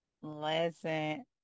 Listen